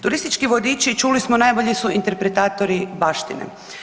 Turistički vodiči čuli smo najbolji su interpretatori baštine.